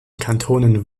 kantonen